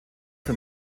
für